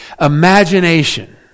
Imagination